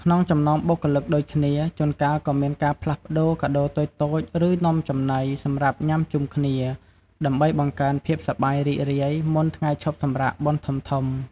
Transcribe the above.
ក្នុងចំណោមបុគ្គលិកដូចគ្នា ជួនកាលក៏មានការផ្លាស់ប្ដូរ កាដូរតូចៗ ឬ នំចំណី សម្រាប់ញ៉ាំជុំគ្នា ដើម្បីបង្កើនភាពសប្បាយរីករាយមុនថ្ងៃឈប់សម្រាកបុណ្យធំៗ។